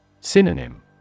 Synonym